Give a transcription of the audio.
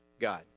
God